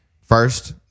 first